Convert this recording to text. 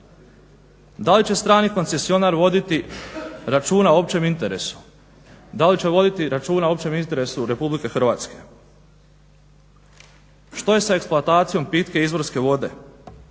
da li će voditi interesa o općem interesu Republike Hrvatske? Što je sa eksploatacijom pitke izvorske vode?